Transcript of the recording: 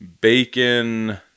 bacon